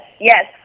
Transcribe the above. Yes